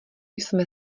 jsme